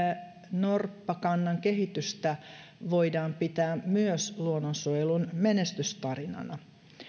norppakannan kehitystä voidaan pitää myös luonnonsuojelun menestystarinana